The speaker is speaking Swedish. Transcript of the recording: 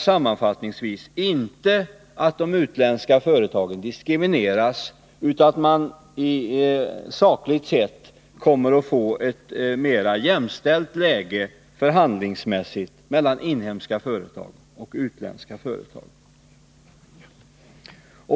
Sammanfattningsvis innebär detta att de utländska företagen inte diskrimineras, men att vi får ett mera jämställt läge förhandlingsmässigt mellan inhemska företag och utländska företag.